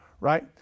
right